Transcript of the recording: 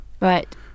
Right